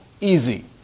easy